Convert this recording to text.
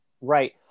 right